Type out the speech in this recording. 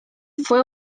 fue